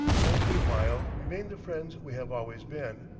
and meanwhile remain the friends we have always been.